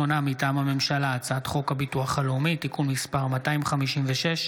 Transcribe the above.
הצעת חוק סדר הדין הפלילי (תיקון,